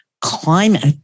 climate